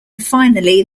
finally